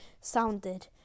sounded